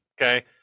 Okay